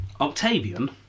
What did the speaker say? Octavian